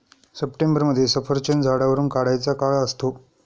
सप्टेंबरमध्ये सफरचंद झाडावरुन काढायचा काळ असतो